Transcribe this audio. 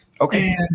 okay